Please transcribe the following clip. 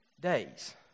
days